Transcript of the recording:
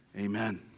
Amen